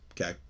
okay